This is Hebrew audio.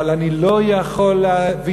אבל אני לא יכול להבין,